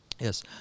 Yes